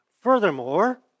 Furthermore